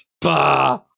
Bah